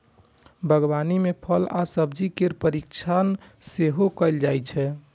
बागवानी मे फल आ सब्जी केर परीरक्षण सेहो कैल जाइ छै